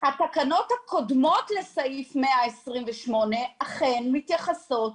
התקנות הקודמות לסעיף 128 אכן מתייחסות